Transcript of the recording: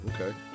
okay